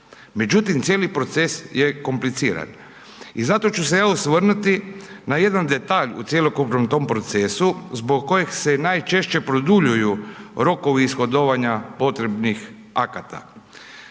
Međutim, cijeli proces je kompliciran. I zato ću se ja osvrnuti na jedan detalj u cjelokupnom tom procesu, zbog kojeg se najčešće produljuju rokovi ishodovanju potrebnih akata.